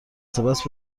سپس